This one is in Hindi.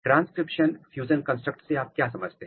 ट्रांसक्रिप्शन फ्यूजन कंस्ट्रक्ट से आप क्या समझते हैं